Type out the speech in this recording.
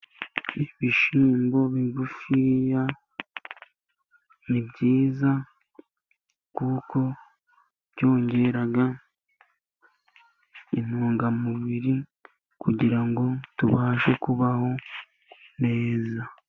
Ibishyimbo bigufiya ni byiza, kuko byongera intungamubiri kugira ngo tubashe kubaho neza.